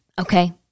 okay